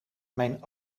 mijn